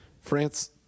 France